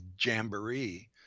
Jamboree